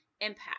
impact